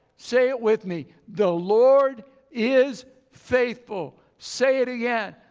say it with me. the lord is faithful. say it again.